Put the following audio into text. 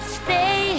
stay